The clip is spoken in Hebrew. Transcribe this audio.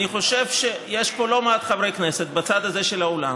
אני חושב שיש פה לא מעט חברי כנסת בצד הזה של האולם